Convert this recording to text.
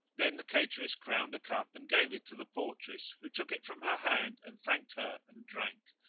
then the cateress crowned a cup and gave it to the portress, who took it from her hand and thanked her and drank.